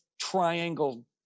triangle